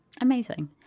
amazing